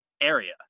area